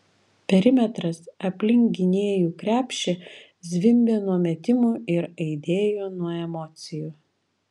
perimetras aplink gynėjų krepšį zvimbė nuo metimų ir aidėjo nuo emocijų